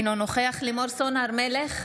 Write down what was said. אינו נוכח לימור סון הר מלך,